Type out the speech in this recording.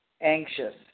anxious